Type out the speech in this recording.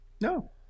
No